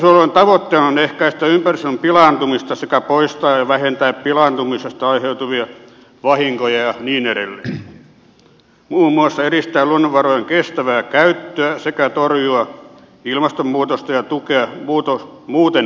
ympäristönsuojelun tavoitteena on ehkäistä ympäristön pilaantumista sekä poistaa ja vähentää pilaantumisesta aiheutuvia vahinkoja ja niin edelleen muun muassa edistää luonnonvarojen kestävää käyttöä sekä torjua ilmastonmuutosta ja tukea muuten kestävää kehitystä